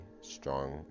strong